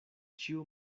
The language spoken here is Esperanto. ĉiu